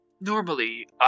normally